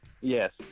Yes